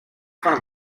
front